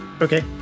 Okay